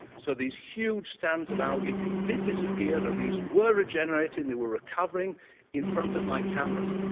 so these huge stands of algae did disappear, the reefs were regenerated and they were recovering in front of my cameras.